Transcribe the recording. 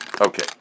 Okay